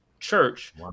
church